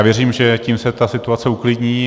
Věřím, že tím se situace uklidní.